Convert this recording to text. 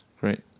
Great